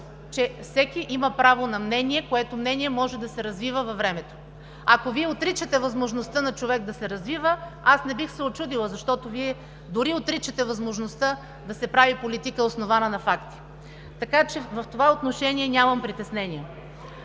че всеки има право на мнение, което мнение може да се развива във времето. Ако Вие отричате възможността на човек да се развива, аз не бих се учудила, защото Вие дори отричате възможността да се прави политика, основана на факти. Така че в това отношение нямам притеснения.